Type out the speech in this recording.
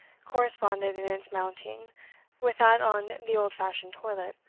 corresponded in its mounting with that on the old-fashioned toilet.